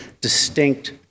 distinct